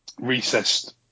recessed